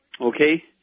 Okay